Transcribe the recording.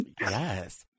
Yes